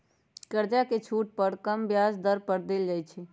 कर्जा पर छुट कम ब्याज दर पर देल जाइ छइ